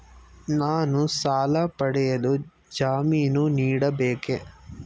ನಾನು ಸಾಲ ಪಡೆಯಲು ಜಾಮೀನು ನೀಡಬೇಕೇ?